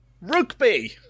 Rugby